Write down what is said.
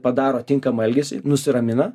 padaro tinkamą elgesį nusiramina